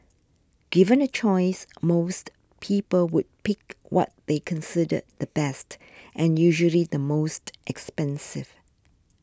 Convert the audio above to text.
given a choice most people would pick what they consider the best and usually the most expensive